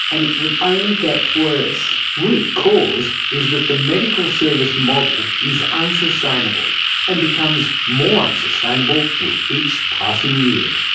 and it would only get worse. root cause is that the medical service model is unsustainable and becomes more unsustainable with each passing year.